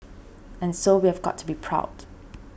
and so we've got to be proud